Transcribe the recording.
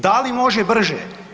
Da li može brže?